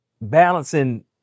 balancing